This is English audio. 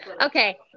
Okay